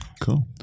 cool